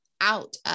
Out